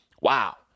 wow